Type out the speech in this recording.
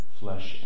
flesh